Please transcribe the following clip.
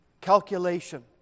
calculation